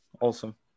Awesome